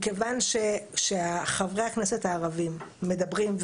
מכיוון שחברי הכנסת הערבים מדברים,